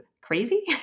crazy